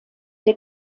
der